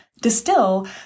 Distill